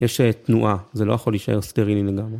יש תנועה, זה לא יכול להישאר סטרילי לגמרי.